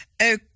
Okay